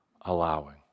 allowing